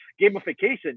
gamification